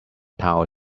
tower